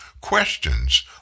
questions